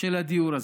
לדיור הזה.